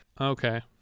Okay